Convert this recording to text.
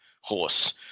horse